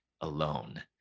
alone